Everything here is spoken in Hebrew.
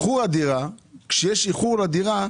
שכשיש איחור לדירה,